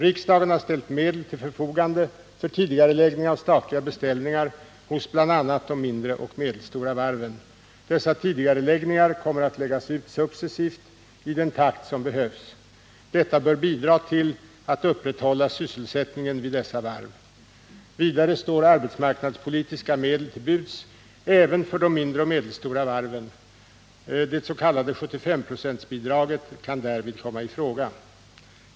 Riksdagen har ställt medel till förfogande för tidigareläggning av statliga beställningar hos bl.a. de mindre och medelstora 107 varven. Dessa tidigareläggningar kommer att läggas ut successivt i den takt som behövs. Detta bör bidra till att upprätthålla sysselsättningen vid dessa varv. Vidare står arbetsmarknadspolitiska medel till buds även för de mindre och medelstora varven. Det s.k. 75-procentsbidraget kan därvid komma i fråga.